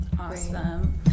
Awesome